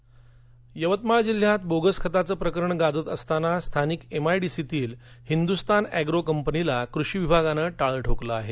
bogus खत यवतमाळ जिल्ह्यात bogus खतांचं प्रकरण गाजत असताना स्थानिक एम यडीसी तील हिंदूस्तान एग्रो कंपनीला कृषी विभागाने सील ठोकलं हे